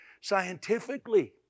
scientifically